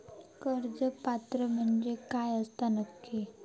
कर्ज पात्र म्हणजे काय असता नक्की?